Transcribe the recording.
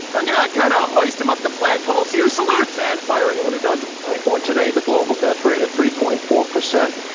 so i'm going to kind of hoist him up the flagpole. see you salutes and fire anyone who doesn't for today, the global death rate at three point four percent.